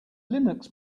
linux